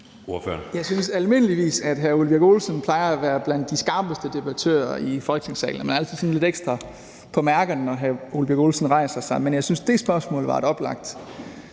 Jeg synes almindeligvis, at hr. Ole Birk Olesen plejer at være blandt de skarpeste debattører i Folketingssalen, og man er altid sådan lidt ekstra på mærkerne, når hr. Ole Birk Olesen rejser sig. Men jeg synes, at dét spørgsmål var et oplagt